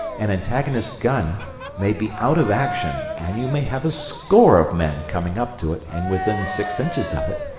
an antagonist's gun may be out of action, and you may have a score of men coming up to it and within six inches of it,